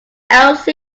else